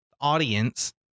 audience